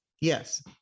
Yes